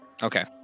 Okay